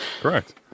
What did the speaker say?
Correct